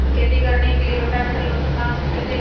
खेती करने के लिए रोटावेटर लोन पर कहाँ से खरीदे?